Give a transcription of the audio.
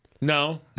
No